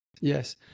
Yes